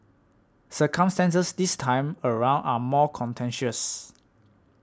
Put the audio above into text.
circumstances this time around are more contentious